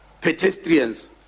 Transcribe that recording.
pedestrians